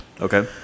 Okay